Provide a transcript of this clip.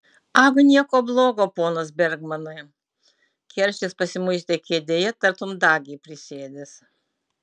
ag nieko blogo ponas bergmanai keršis pasimuistė kėdėje tartum dagį prisėdęs